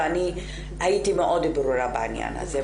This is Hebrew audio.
ואני הייתי מאוד ברורה בעניין הזה,